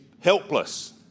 helpless